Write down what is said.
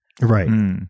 Right